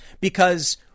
because-